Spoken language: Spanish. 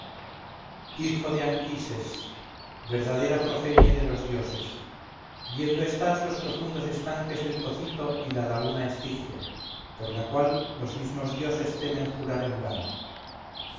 hijo de anquises verdadera progenie de los dioses viendo estás los profundos estanques del cocito y la laguna estigia por la cual los mismos dioses temen jurar en vano